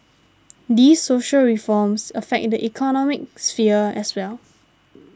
these social reforms affect the economic sphere as well